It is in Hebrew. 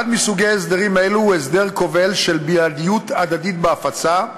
אחד מסוגי הסדרים אלו הוא הסדר כובל של בלעדיות הדדית בהפצה,